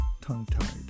tongue-tied